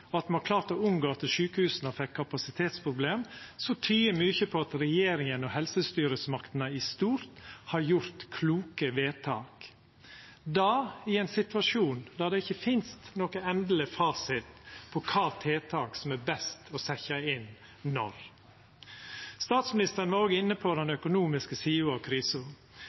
og at me har klart å unngå at sjukehusa fekk kapasitetsproblem, tyder mykje på at regjeringa og helsestyresmaktene i stort har gjort kloke vedtak – og det i ein situasjon der det ikkje finst nokon endeleg fasit på kva tiltak som er best å setja inn når. Statsministeren var òg inne på den økonomiske sida av krisa.